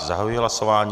Zahajuji hlasování.